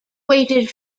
weighted